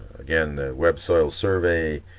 again web soil survey,